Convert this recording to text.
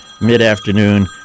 mid-afternoon